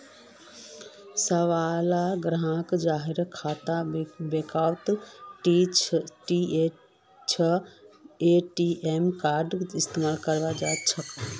सबला ग्राहक जहार खाता बैंकत छ ए.टी.एम कार्डेर इस्तमाल करवा सके छे